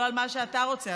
לא על מה שאתה רוצה,